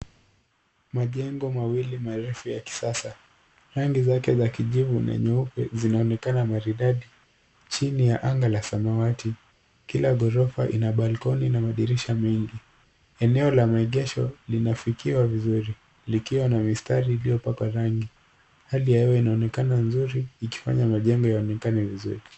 Majengo mawili marefu ya kisasa. Rangi yake ya kijivu na nyeupe zinaonekana maridadi chini ya anga la samawati. Kila ghorofa ina[cs ] balkoni [cs ] na madirisha mengi. Eneo la maegesho lina fikiwa vizuri likiwa na mistari iliyo pakwa rangi. Hali ya hewa inaonekana nzuri kikifanya majengo yaonekane vizuri.